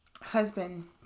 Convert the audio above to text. husband